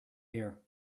here